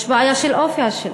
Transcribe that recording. יש בעיה של אופי השלטון,